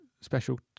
special